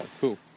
cool